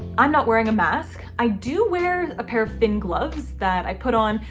i'm not wearing a mask. i do wear a pair of thin gloves that i put on,